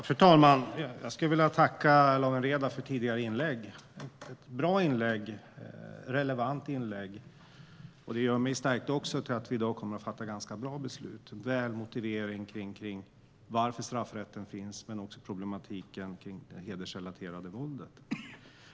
Fru talman! Jag skulle vilja tacka Lawen Redar för det förra inlägget - ett bra och relevant inlägg. Det gör mig stärkt i att vi i dag kommer att fatta ganska bra beslut. Det var en bra förklaring av varför straffrätten finns men också av problematiken kring det hedersrelaterade våldet.